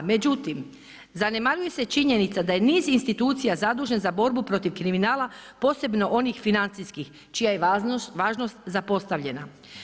Međutim, zanemaruje se činjenica da je niz institucija zadužen za borbu protiv kriminala posebno onih financijskih čija je važnost zapostavljena.